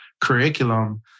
curriculum